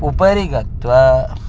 उपरि गत्वा